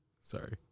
Sorry